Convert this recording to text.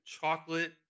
chocolate